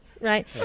right